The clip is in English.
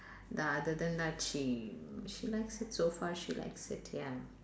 uh other than that she she likes it so far she likes it ya